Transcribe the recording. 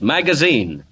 Magazine